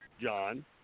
John